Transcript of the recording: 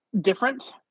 different